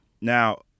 Now